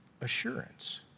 assurance